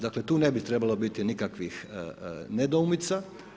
Dakle tu ne bi trebalo biti nikakvih nedoumica.